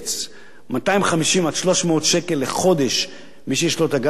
250 300 שקל לחודש, מי שיש לו אגרת הכבלים, אגב,